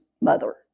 mother